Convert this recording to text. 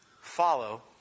follow